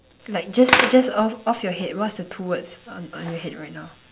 like just just off off your head what's the two words on on your head right now